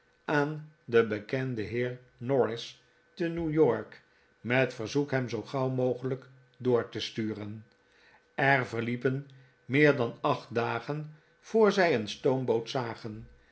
aan den bekenden heer'norris te new york met verzoek hem zoo gauw mogelijk door te sturen er verliepen meer dan acht dagen voor zij een stoomboot zagen